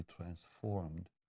transformed